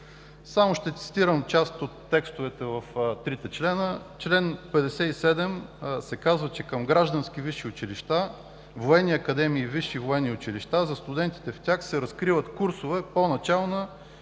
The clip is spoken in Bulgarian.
Само ще цитирам част от текстовете на трите члена. В чл. 57 се казва, че: „Към граждански висши училища, военни академии и висши военни училища за студентите в тях се разкриват курсове по начална